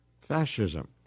Fascism